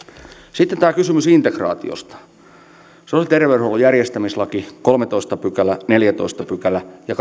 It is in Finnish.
sitten tämä kysymys integraatiosta sosiaali ja terveydenhuollon järjestämislain kolmastoista pykälä neljästoista pykälä ja